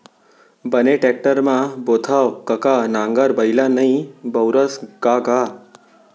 बने टेक्टर म बोथँव कका नांगर बइला नइ बउरस का गा?